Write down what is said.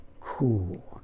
cool